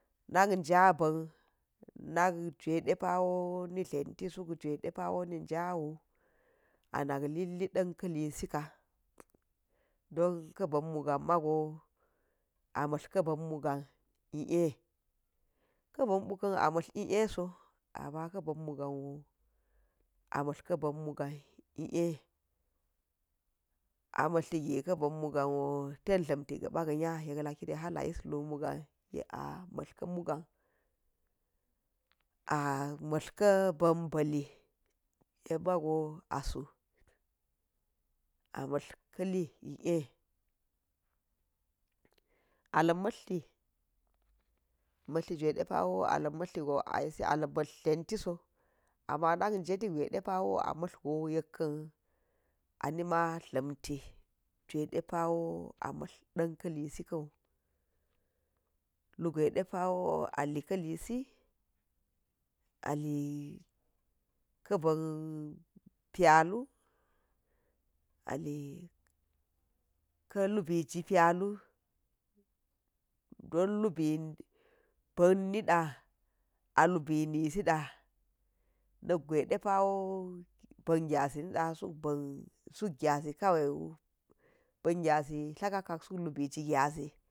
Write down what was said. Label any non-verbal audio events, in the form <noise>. Nak ja̱ ba̱na̱ jwaiɗe pa̱wo ni dla̱nti suk jwai ɗepa̱wo nija̱wu anaklili ɗa̱n ḵali sika̱, donka̱ ba̱n muga̱n ma̱go a mtlar ka̱ba̱n muga i a, kaban puu ka̱n a mtlar i, a so amma ka̱ba̱n muganwo a mtlar ka̱ba̱n muga̱n i a, a mtlarti gi ka̱ba̱n muganwo tenitlamti ga̱ba̱ a nga̱ yekka̱ kide ha̱l a yislu mugan yek a mtla̱r ka̱ muga̱n a mtla̱rka̱ ba̱n ba̱li, yek ma̱go a su a mtla̱r kali i a, alam mla̱rti mtlarti jwai ɗepa̱wo a lam mtlamtigo a yiso a mtlam <hesitation> dlantiso amma nak jetti gwai depawo amtlargo yekkan a nima tla̱mti juwai ɗepa̱wo a mtla̱r da̱n ka̱lisi ka̱u, lugwai ɗep a̱wo ali kalist ali ka̱ba̱n pyalu, ali kalubiji pyalu don lubi ba̱n nida̱ a lubi nisi nak gwai ɗepa̱wo ban gyazi niɗa̱ a suk ban gyazi kawai wu, ban gyazi dla akkak suk lubi ji gyazi